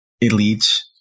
elite